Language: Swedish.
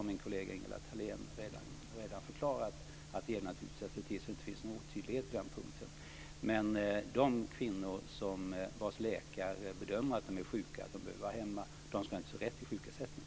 Min kollega Ingela Thalén har redan förklarat att det naturligtvis gäller att se till att det inte finns någon otydlighet på den punkten. Men de kvinnor vars läkare bedömer att de är sjuka och behöver vara hemma ska naturligtvis ha rätt till sjukersättning.